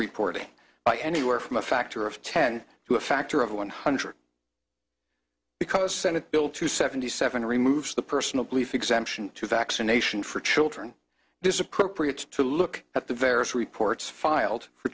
reporting by anywhere from a factor of ten to a factor of one hundred because senate bill two seventy seven removes the personal belief exemption to vaccination for children there is appropriate to look at the various reports filed for